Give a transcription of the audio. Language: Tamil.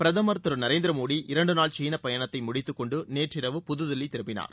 பிரதமர் திரு நரேந்திர மோடி இரண்டு நாள் சீனப் பயணத்தை முடித்துக்கொண்டு நேற்றிரவு புதுதில்லி திரும்பினார்